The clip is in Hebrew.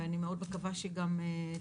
ואני מאוד מקווה שהיא גם תאושר,